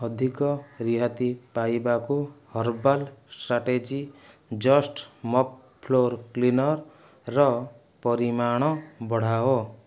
ଅଧିକ ରିହାତି ପାଇବାକୁ herbal strategy just mop floor କ୍ଲିନର୍ର ପରିମାଣ ବଢ଼ାଅ